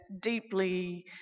deeply